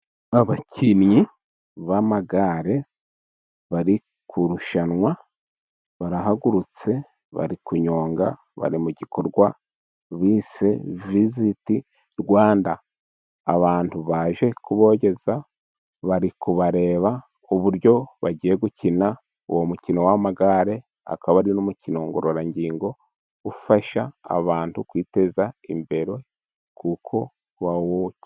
Abakinnyi b'amagare, bari kurushanwa barahagurutse, bari kunyonga bari mu gikorwa bise visiti Rwanda, abantu baje kubogeza bari kubareba uburyo bagiye gukina, uwo mukino w'amagare, akaba ari n'umukino ngororangingo, ufasha abantu kwiteza imbere kuko bawukunda